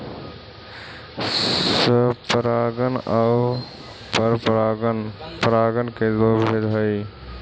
स्वपरागण आउ परपरागण परागण के दो भेद हइ